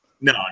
no